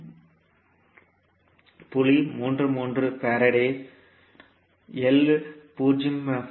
333 ஃபாரடாகவும் எல் 0